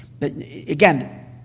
Again